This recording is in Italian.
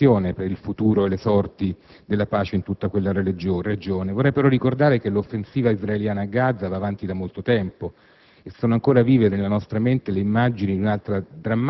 non fa altro che riempirci di sdegno e di grande preoccupazione per il futuro e le sorti della pace di tutta quella Regione. Vorrei, però, ricordare che l'offensiva israeliana a Gaza va avanti da molto tempo